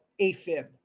AFib